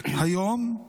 היום